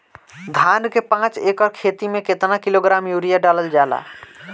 धान के पाँच एकड़ खेती में केतना किलोग्राम यूरिया डालल जाला?